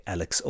Alex